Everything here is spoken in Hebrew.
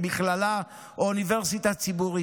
במכללה או אוניברסיטה ציבורית,